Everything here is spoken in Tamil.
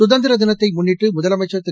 சுதந்திர தினத்தை முன்னிட்டு முதலமைச்சர் திரு